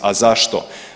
A zašto?